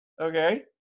okay